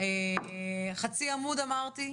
חצי עמוד אמרתי,